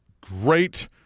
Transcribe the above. great